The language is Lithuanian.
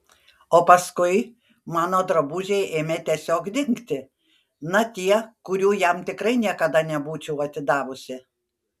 o paskui mano drabužiai ėmė tiesiog dingti na tie kurių jam tikrai niekada nebūčiau atidavusi